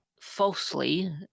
falsely